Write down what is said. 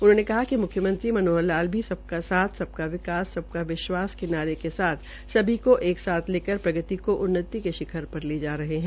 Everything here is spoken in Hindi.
उन्होंने कहा कि म्ख्यमंत्री मनोहर लाल ने भी सबका साथ सबका विकास सबका विश्वास के नारे के साथ सभी को एक साथ लेकर प्रगति को उन्नति के शिखर पर ले जा रहे है